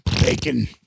Bacon